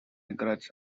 grudge